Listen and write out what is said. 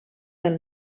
del